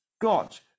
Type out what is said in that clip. got